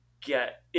get